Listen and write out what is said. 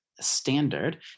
standard